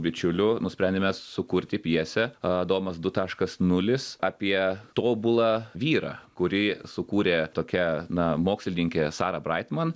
bičiuliu nusprendėme sukurti pjesę adomas du taškas nulis apie tobulą vyrą kurį sukūrė tokia na mokslininkė sara braitman